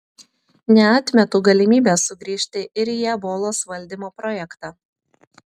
neatmetu galimybės sugrįžti ir į ebolos valdymo projektą